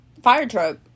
Firetruck